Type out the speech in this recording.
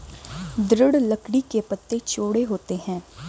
दृढ़ लकड़ी के पत्ते चौड़े होते हैं